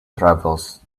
travels